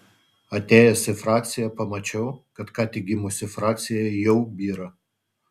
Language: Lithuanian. atėjęs į frakciją pamačiau kad ką tik gimusi frakcija jau byra